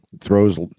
throws